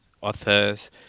authors